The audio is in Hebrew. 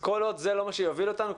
כל עוד זה לא מה שיוביל אותנו,